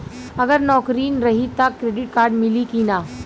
अगर नौकरीन रही त क्रेडिट कार्ड मिली कि ना?